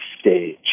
stage